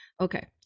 okay